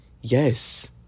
Yes